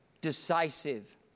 Decisive